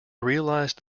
realized